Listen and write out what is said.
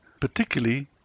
particularly